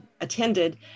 attended